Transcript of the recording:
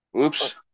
Oops